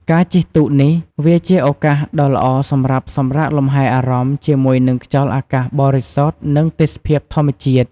ការជិះទូកនេះ វាជាឱកាសដ៏ល្អសម្រាប់សម្រាកលំហែអារម្មណ៍ជាមួយនឹងខ្យល់អាកាសបរិសុទ្ធនិងទេសភាពធម្មជាតិ។